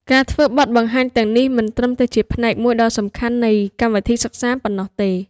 ការធ្វើបទបង្ហាញទាំងនេះមិនត្រឹមតែជាផ្នែកមួយដ៏សំខាន់នៃកម្មវិធីសិក្សាប៉ុណ្ណោះទេ។